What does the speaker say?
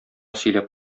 сөйләп